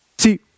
See